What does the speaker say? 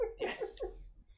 Yes